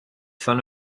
son